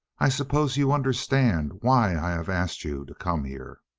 i suppose you understand why i have asked you to come here?